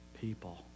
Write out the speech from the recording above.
people